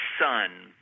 son